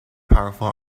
powerful